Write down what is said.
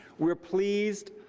we're pleased,